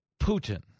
Putin